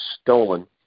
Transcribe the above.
stolen